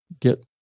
get